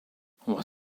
what